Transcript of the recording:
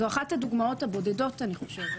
זאת אחת הדוגמאות הבודדות אני חושבת,